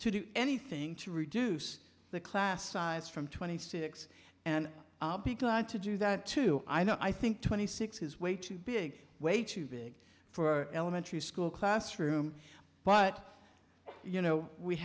to do anything to reduce the class size from twenty six and i'll be glad to do that too i know i think twenty six is way too big way too big for elementary school classroom but you know we